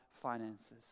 finances